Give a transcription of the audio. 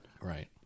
Right